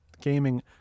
Gaming